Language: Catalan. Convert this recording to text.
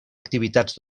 activitats